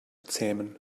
zähmen